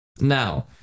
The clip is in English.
now